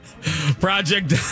Project